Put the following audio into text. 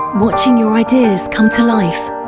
watching your ideas come to life,